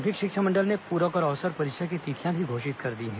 माध्यमिक शिक्षा मंडल ने पूरक और अवसर परीक्षा की तिथियां भी घोषित कर दी हैं